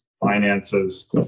finances